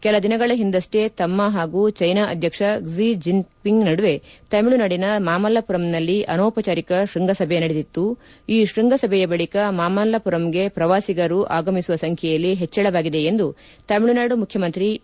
ಕೆಲ ದಿನಗಳ ಹಿಂದಕ್ಷೇ ತಮ್ಮ ಹಾಗೂ ಚೈನಾ ಅಧ್ಯಕ್ಷ ಕ್ಷಿ ಜಿಂಗ್ಪಿಂಗ್ ನಡುವೆ ತಮಿಳುನಾಡಿನ ಮಾಮಲ್ಲಪುರಂನಲ್ಲಿ ಅನೌಪಚಾರಿಕ ಶ್ರಂಗಸಭೆ ನಡೆದಿತ್ತು ಈ ಶ್ರಂಗ ಸಭೆಯ ಬಳಕ ಮಾಮಲ್ಲಪುರಂಗೆ ಪ್ರವಾಸಿಗರ ಆಗಮಿಸುವ ಸಂಚ್ಲೆಯಲ್ಲಿ ಹೆಚ್ಚಳವಾಗಿದೆ ಎಂದು ತಮಿಳುನಾಡು ಮುಖ್ಲಮಂತ್ರಿ ಇ